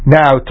now